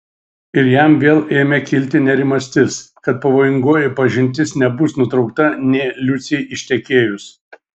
ir jam vėl ėmė kilti nerimastis kad pavojingoji pažintis nebus nutraukta nė liucei ištekėjus